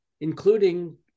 including